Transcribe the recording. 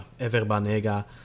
Everbanega